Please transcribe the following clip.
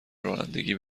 رانندگی